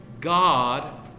God